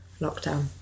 lockdown